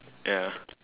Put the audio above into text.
ya